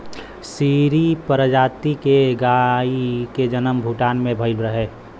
सीरी प्रजाति के गाई के जनम भूटान में भइल रहे